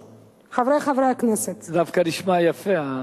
זה דווקא נשמע יפה.